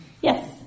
Yes